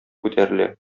күтәрелә